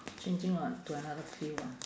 changing ah to another field ah